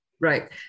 Right